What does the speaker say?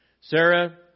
Sarah